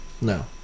No